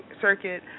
circuit